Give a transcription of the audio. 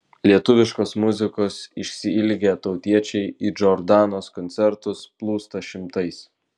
lietuviškos muzikos išsiilgę tautiečiai į džordanos koncertus plūsta šimtais